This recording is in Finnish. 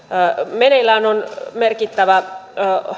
meneillään on merkittävä